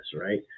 Right